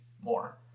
more